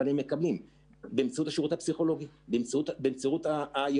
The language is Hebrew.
אבל הם מקבלים מענה באמצעות השירות הפסיכולוגי,